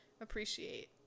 appreciate